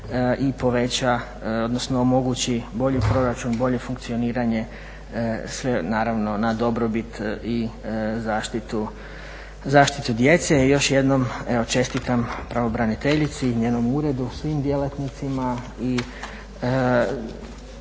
i poveća, odnosno omogući bolji proračun, bolje funkcioniranje sve naravno na dobrobit i zaštitu djece. I još jednom evo čestitam pravobraniteljici i njenom uredu, svim djelatnicima.